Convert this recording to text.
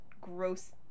gross